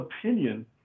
opinion